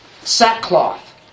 Sackcloth